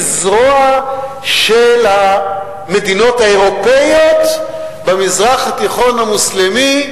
זרוע של המדינות האירופיות במזרח התיכון המוסלמי,